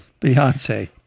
Beyonce